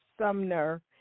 Sumner